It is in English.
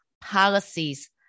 policies